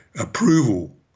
approval